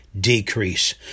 decrease